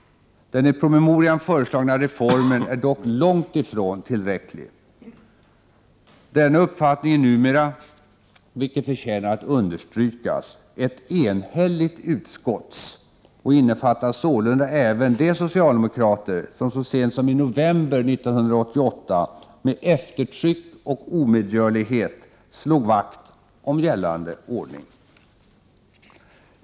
Den i promemorian föreslagna reformen är dock långtifrån tillräcklig. Denna uppfattning är numera — vilket förtjänar att understrykas — ett enhälligt utskotts och innefattar sålunda även de socialdemokrater som så sent som i november 1988 med eftertryck och omedgörlighet slog vakt om gällande ordning.